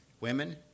women